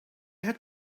had